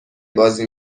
بازی